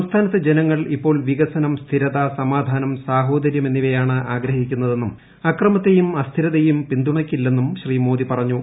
സംസ്ഥാനത്തെ ജനങ്ങൾപ്പ് ഇപ്പോൾ വികസനം സ്ഥിരത സമാധാനം സാഹോദരൃത് എന്നിവയാണ് ആഗ്രഹിക്കുന്നതെന്നും അക്രമത്തെയും അസ്മീക്ക്യെയും പിന്തുണയ്ക്കില്ലെന്നും ശ്രീ മോദി പറഞ്ഞു